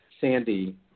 Sandy